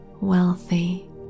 wealthy